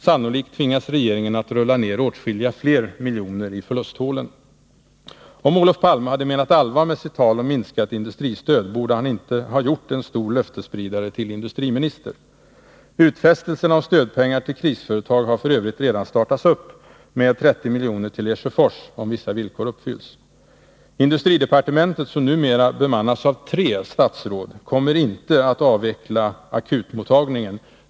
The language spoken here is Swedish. Sannolikt tvingas regeringen att rulla ner åtskilliga fler miljoner i förlusthålen. Om Olof Palme hade menat allvar med sitt tal om ”minskat industristöd”, borde han inte ha gjort en stor löftesspridare till industriminister. Utfästelserna om stödpengar till krisföretag har för övrigt redan startats upp med 30 milj.kr. till Lesjöfors — om vissa villkor uppfylls. Industridepartementet, som numera bemannas av tre statsråd, kommer inte att avveckla akutmottagningen.